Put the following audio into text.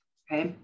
okay